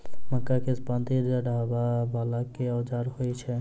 मक्का केँ पांति चढ़ाबा वला केँ औजार होइ छैय?